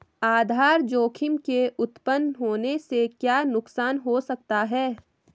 आधार जोखिम के उत्तपन होने से क्या नुकसान हो सकता है?